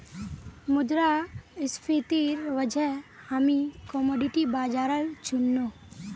मुद्रास्फीतिर वजह हामी कमोडिटी बाजारल चुन नु